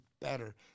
better